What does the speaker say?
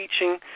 teaching